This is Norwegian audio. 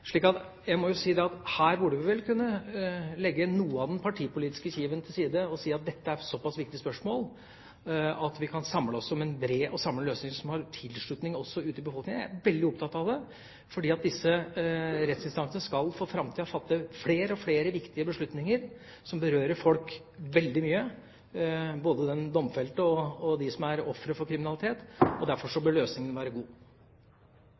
Her burde vi vel kunne legge noe av det partipolitiske kivet til side og si at dette er et såpass viktig spørsmål at vi kan samle oss om en bred og samlende løsning som har tilslutning også ute i befolkningen. Jeg er veldig opptatt av det. Fordi disse rettsinstansene i framtida skal treffe flere og flere viktige beslutninger som berører folk veldig sterkt, både den domfelte og de som er ofre for kriminalitet, bør løsningen være god.